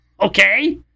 okay